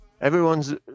everyone's